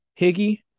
Higgy